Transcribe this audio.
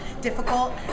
difficult